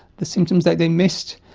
the symptoms that they missed,